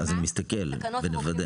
אני מוודא.